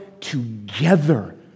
together